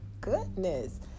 goodness